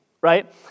right